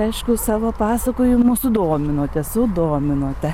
aišku savo pasakojimu sudominote sudominote